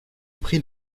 pris